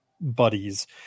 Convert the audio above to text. buddies